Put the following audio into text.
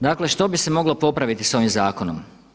Dakle što bi se moglo popraviti s ovim zakonom?